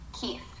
Keith